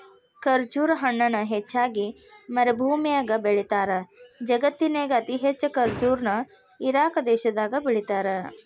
ಖರ್ಜುರ ಹಣ್ಣನ ಹೆಚ್ಚಾಗಿ ಮರಭೂಮ್ಯಾಗ ಬೆಳೇತಾರ, ಜಗತ್ತಿನ್ಯಾಗ ಅತಿ ಹೆಚ್ಚ್ ಖರ್ಜುರ ನ ಇರಾಕ್ ದೇಶದಾಗ ಬೆಳೇತಾರ